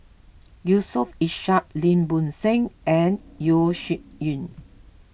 Yusof Ishak Lim Bo Seng and Yeo Shih Yun